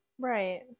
Right